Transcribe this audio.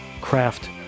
craft